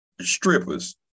strippers